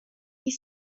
his